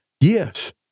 Yes